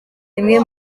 imwe